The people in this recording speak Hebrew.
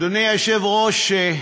אדוני היושב-ראש,